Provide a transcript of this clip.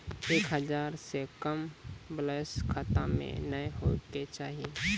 एक हजार से कम बैलेंस खाता मे नैय होय के चाही